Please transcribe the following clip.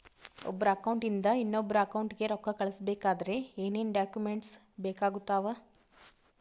ಒಬ್ಬರ ಅಕೌಂಟ್ ಇಂದ ಇನ್ನೊಬ್ಬರ ಅಕೌಂಟಿಗೆ ರೊಕ್ಕ ಕಳಿಸಬೇಕಾದ್ರೆ ಏನೇನ್ ಡಾಕ್ಯೂಮೆಂಟ್ಸ್ ಬೇಕಾಗುತ್ತಾವ?